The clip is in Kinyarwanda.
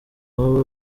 baba